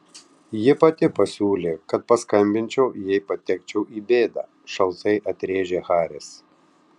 ji pati pasiūlė kad paskambinčiau jei patekčiau į bėdą šaltai atrėžė haris